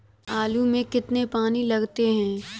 आलू में कुल कितने पानी लगते हैं?